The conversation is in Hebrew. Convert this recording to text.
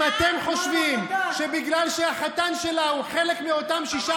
אם אתם חושבים שבגלל שהחתן שלה הוא חלק מאותם שישה